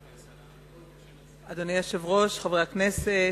אדוני היושב-ראש, חברי הכנסת,